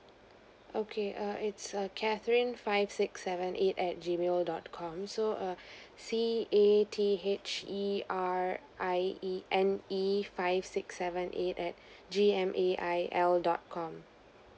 okay err it's err catherine five six seven eight at G mail dot com so err C_A_T_H_E_R_I_E N_E five six seven eight at G_M_A_I_L dot com